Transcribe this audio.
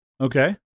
Okay